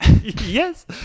Yes